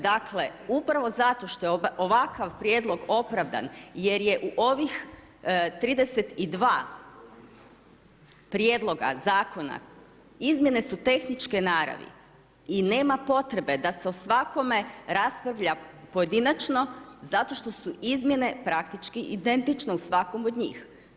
Dakle, upravo zato što je ovakav prijedlog opravdan jer je u ovih 32 prijedloga zakona, izmjene su tehničke naravi i nema potrebe da se o svakome raspravlja pojedinačno zato što su izmjene praktički identične u svakom od njih.